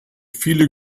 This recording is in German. viele